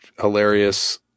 hilarious